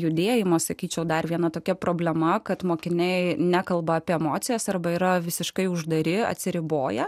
judėjimo sakyčiau dar viena tokia problema kad mokiniai nekalba apie emocijas arba yra visiškai uždari atsiriboję